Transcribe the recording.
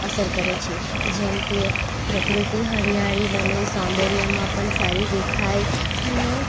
અસર કરે છે જેમકે પ્રકૃતિ હરિયાળી બની સૌંદર્યમાં પણ સારી દેખાય અને